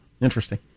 Interesting